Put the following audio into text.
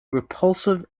repulsive